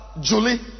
Julie